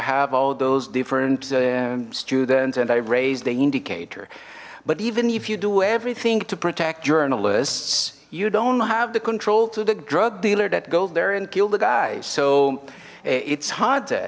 have all those different students and i raise the indicator but even if you do everything to protect journalists you don't have the control to the drug dealer that goes there and kill the guy so it's hard